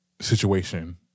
situation